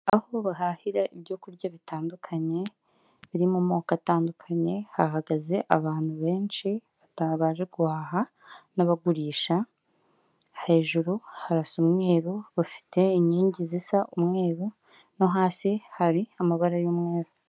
Aho bahahira ibyo kurya bitandukanye biri mu moko atandukanye; hahagaze abantu benshi hari abaje guhaha n'abagurisha; hejuru harasa umweru, bafite inkingi zisa umweru no hasi hari amabara y'umweru.